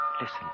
listen